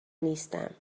نیستم